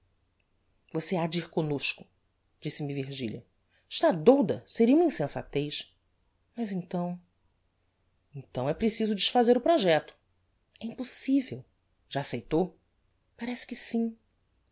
abatido você hade ir comnosco disse-me virgilia está douda seria uma insensatez mas então então é preciso desfazer o projecto é impossível já aceitou parece que sim